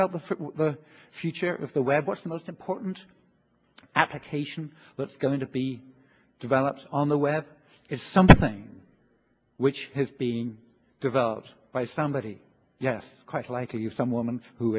about the future of the web what's the most important application that's going to be developed on the web is something which has being developed by somebody yes quite likely some woman who